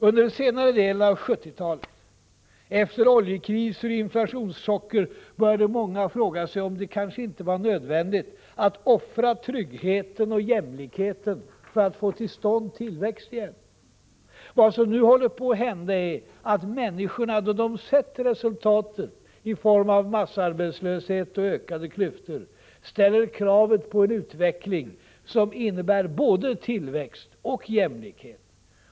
Under senare delen av 1970-talet, efter oljekriser och inflationschocker, började många fråga sig om det kanske inte var nödvändigt att offra tryggheten och jämlikheten för att få till stånd tillväxt igen. Vad som nu håller på att hända är att människorna — då de sett resultatet i form av massarbetslöshet och ökade klyftor — ställer kravet på en utveckling som innebär både tillväxt och jämlikhet.